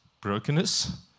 brokenness